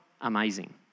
amazing